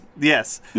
yes